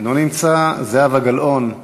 אינו נמצא, זהבה גלאון,